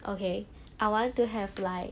okay I want to have like